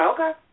Okay